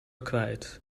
kwijt